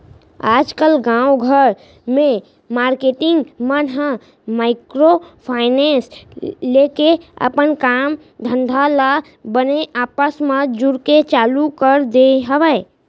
आजकल गाँव घर के मारकेटिंग मन ह माइक्रो फायनेंस लेके अपन काम धंधा ल बने आपस म जुड़के चालू कर दे हवय